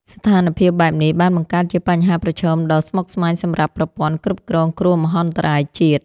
ស្ថានភាពបែបនេះបានបង្កើតជាបញ្ហាប្រឈមដ៏ស្មុគស្មាញសម្រាប់ប្រព័ន្ធគ្រប់គ្រងគ្រោះមហន្តរាយជាតិ។